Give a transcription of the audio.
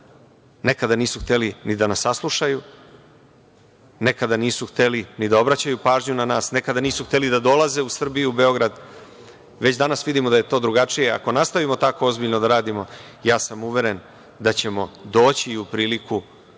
Nekada nisu hteli ni da nas saslušaju, nekada nisu hteli ni da obraćaju pažnju na nas, nekada nisu hteli da dolaze u Srbiju, u Beograd, a već danas vidimo da je to drugačije. Ako nastavimo tako ozbiljno da radimo, ja sam uveren da ćemo doći u priliku